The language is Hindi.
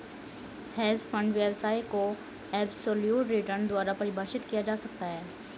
हेज फंड व्यवसाय को एबसोल्यूट रिटर्न द्वारा परिभाषित किया जा सकता है